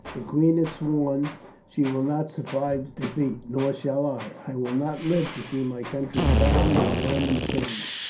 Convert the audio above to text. the queen has sworn she will not survive defeat, nor shall i. i will not live to see my country bound in roman chains.